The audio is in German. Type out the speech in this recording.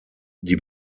die